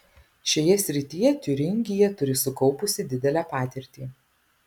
šioje srityje tiūringija turi sukaupusi didelę patirtį